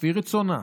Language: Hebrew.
לפי רצונה,